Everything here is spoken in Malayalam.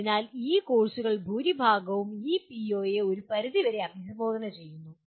അതിനാൽ ഈ കോഴ്സുകളിൽ ഭൂരിഭാഗവും ഈ പിഒയെ ഒരു പരിധി വരെ അഭിസംബോധന ചെയ്യുന്നു